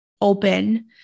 open